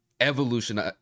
evolution